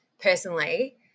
personally